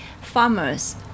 farmers